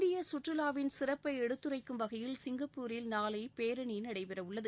இந்திய கற்றுவாவின் சிறப்பை எடுத்துரைக்கும் வகையில் சிங்கப்பூரில் நாளை பேரணி நடைபெறவுள்ளது